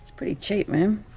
pretty cheap, man.